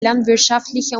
landwirtschaftliche